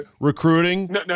recruiting